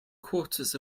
quarters